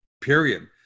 period